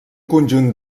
conjunt